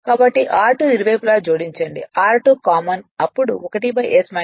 కాబట్టి r2 ' ఇరువైపులా జోడించండి r2' కామన్ అప్పుడు 1 s 1